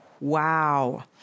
Wow